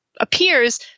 appears